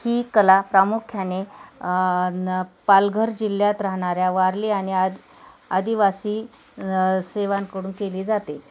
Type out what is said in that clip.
ही कला प्रामुख्याने पालघर जिल्ह्यात राहणाऱ्या वारली आणि आद आदिवासी सेवांकडून केली जाते